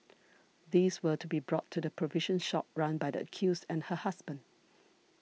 these were to be brought to the provision shop run by the accused and her husband